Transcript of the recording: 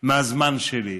מהזמן שלי.